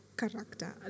character